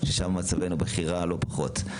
ששם מצבנו בכי רע לא פחות.